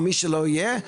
או מי שלא יהיה,